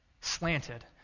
slanted